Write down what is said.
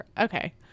Okay